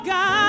God